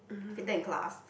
fainted in class